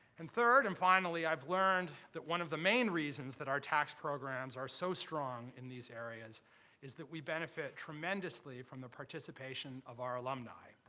and third and finally, i've learned that one of the main reasons that our tax programs are so strong in these areas is that we benefit tremendously from the participation of our alumni,